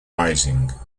rising